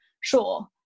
sure